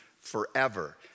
forever